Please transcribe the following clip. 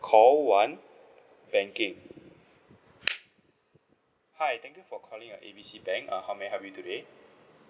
call one banking hi thank you for calling our A B C bank uh how may I help you today